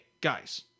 guys